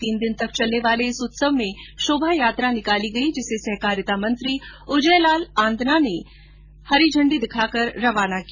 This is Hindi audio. तीन दिन तक चलने वाले उत्सव में शोभायात्रा निकाली गई जिसे सहकारिता मंत्री उदयलाल आंजना ने हरी झंडी दिखाकर रवाना किया